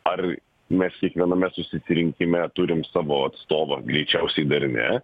ar mes kiekviename susitirinkime turim savo atstovą greičiausiai dar ne